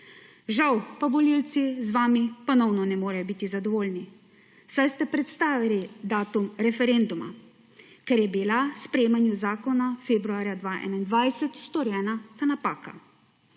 Žal pa volivci z vami ponovno ne morejo biti zadovoljni, saj ste prestavili datum referenduma, ker je bila k sprejemanju zakona februarja 2021 storjena napaka.